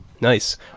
Nice